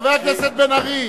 חבר הכנסת בן-ארי,